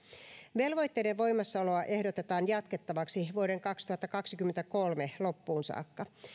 velvoitteiden voimassaoloa ehdotetaan jatkettavaksi vuoden kaksituhattakaksikymmentäkolme loppuun saakka